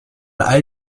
all